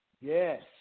yes